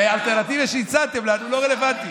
והאלטרנטיבה שהצעתם לנו לא רלוונטית.